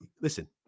Listen